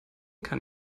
kann